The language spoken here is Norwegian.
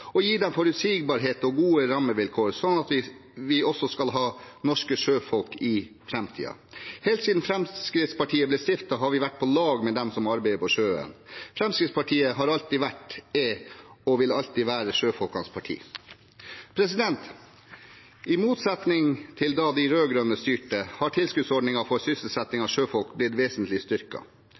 å gi dem forutsigbarhet og gode rammevilkår, sånn at vi også skal ha norske sjøfolk i framtiden. Helt siden Fremskrittspartiet ble stiftet, har vi vært på lag med dem som arbeider på sjøen. Fremskrittspartiet har alltid vært, er og vil alltid være sjøfolkenes parti. I motsetning til da de rød-grønne styrte, har tilskuddsordningen for sysselsetting av sjøfolk blitt vesentlig